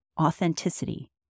authenticity